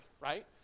right